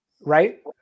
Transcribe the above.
Right